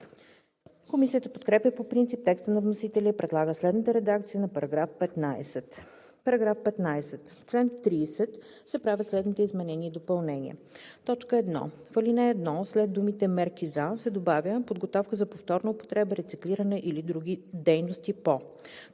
Комисията подкрепя по принцип текста на вносителя и предлага следната редакция на § 15: „§ 15. В чл. 30 се правят следните изменения и допълнения: 1. В ал. 1 след думите „мерки за“ се добавя „подготовка за повторна употреба, рециклиране или други дейности по“.